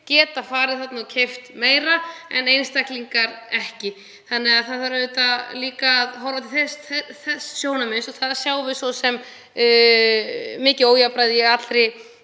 geta farið þarna og keypt meira en einstaklingar ekki. Það þarf auðvitað líka að horfa til þess sjónarmiðs og þar sjáum við mikið ójafnræði í allri